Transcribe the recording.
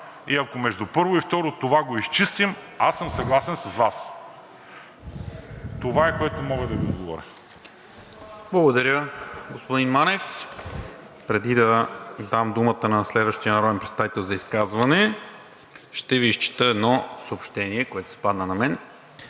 и ако между първо и второ четене това го изчистим, аз съм съгласен с Вас. Това е, което мога да Ви отговоря. ПРЕДСЕДАТЕЛ НИКОЛА МИНЧЕВ: Благодаря, господин Манев. Преди да дам думата на следващия народен представител за изказване, ще Ви изчета едно съобщение, което се падна на мен: